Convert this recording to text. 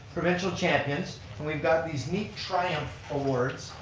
provincial champions and we've got these neat triumph awards.